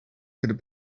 could